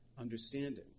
understanding